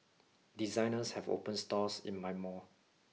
designers have opened stores in my mall